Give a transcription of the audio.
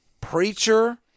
preacher